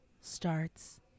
starts